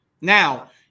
Now